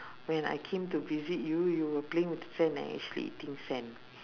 when I came to visit you you were playing with the sand and actually eating sand